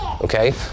okay